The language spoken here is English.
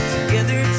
Together